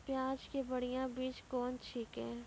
प्याज के बढ़िया बीज कौन छिकै?